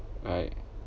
right